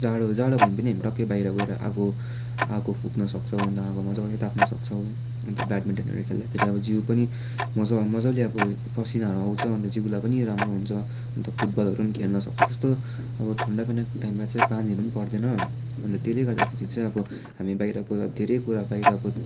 जाडो जाडो भयो भने पनि अब टक्कै बाहिर गएर आगो आगो फुक्न सक्छौँ अन्त आगो मजाले ताप्न सक्छौँ अन्त बेडमिन्टनहरू खेल्दाखेरि अब जिउ पनि मजा मजाले अब पसिनाहरू आउँछ अन्त जिउलाई पनि राम्रो हुन्छ अन्त फुटबलहरू पनि खेल्न सक्छ त्यस्तो अब ठन्डा महिनाको टाइममा चाहिँ अब पानीहरू पनि पर्दैन अन्त त्यसले गर्दाखेरि चाहिँ अब हामी बाहिरको धेरै कुरा बाहिरको